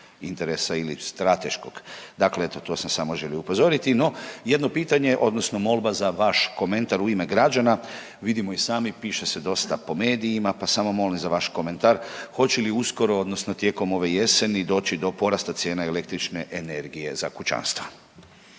interesa ili strateškog. Dakle, to sam samo želio upozoriti. No, jedno pitanje odnosno molba za vaš komentar u ime građana, vidimo i sami piše se dosta po medijima, pa samo molim za vaš komentar. Hoće li uskoro odnosno tijekom ove jeseni doći do porasta cijene električne energije za kućanstva?